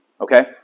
okay